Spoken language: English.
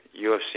UFC